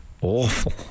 Awful